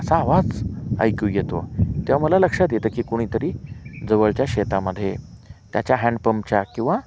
असा आवाज ऐकू येतो तेवा मला लक्षात येतं की कुणीतरी जवळच्या शेतामध्ये त्याच्या हँडपंपच्या किंवा